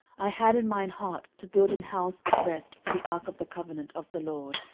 i had in mine heart to build an house of rest for the ark of the covenant of the lord,